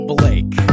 Blake